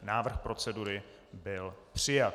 Návrh procedury byl přijat.